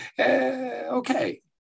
Okay